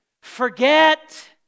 forget